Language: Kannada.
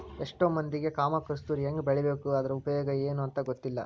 ಎಷ್ಟೋ ಮಂದಿಗೆ ಕಾಮ ಕಸ್ತೂರಿ ಹೆಂಗ ಬೆಳಿಬೇಕು ಅದ್ರ ಉಪಯೋಗ ಎನೂ ಅಂತಾ ಗೊತ್ತಿಲ್ಲ